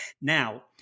Now